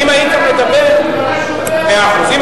מאה אחוז.